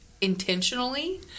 intentionally